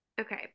Okay